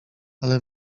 ala